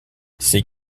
c’est